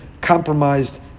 compromised